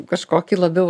kažkokį labiau